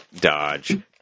Dodge